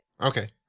Okay